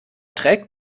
trägt